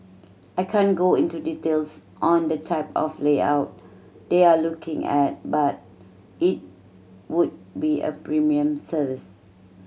I can't go into details on the type of layout they're looking at but it would be a premium service